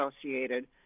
associated